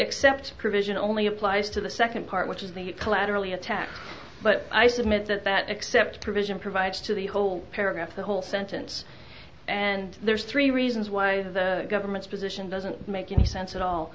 except provision only applies to the second part which is the collaterally attack but i submit that that except provision provides to the whole paragraph the whole sentence and there's three reasons why the government's position doesn't make any sense at all